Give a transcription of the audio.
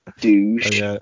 Douche